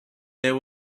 there